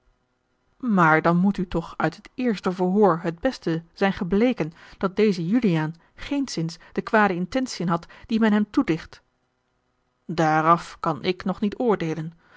maar dan moet u toch uit het eerste verhoor het beste zijn gebleken dat deze juliaan geenszins de kwade intentiën had die men hem toedicht daaraf kan ik nog niet oordeelen